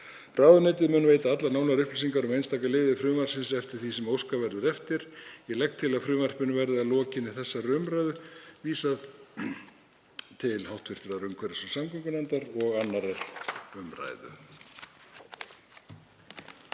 Ráðuneytið mun veita allar nánari upplýsingar um einstaka liði frumvarpsins eftir því sem óskað verður eftir. Ég legg til að frumvarpinu verði að lokinni þessari umræðu vísað til hv. umhverfis- og samgöngunefndar og 2. umr.